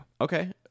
Okay